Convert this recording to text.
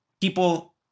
people